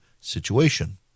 situation